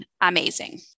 Amazing